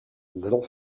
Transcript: little